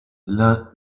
l’un